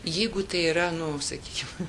jeigu tai yra nu sakyčiau